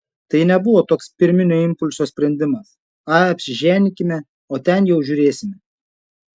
tai nebuvo toks pirminio impulso sprendimas ai apsiženykime o ten jau žiūrėsime